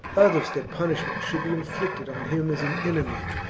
others that punishment should be inflicted on him as an enemy,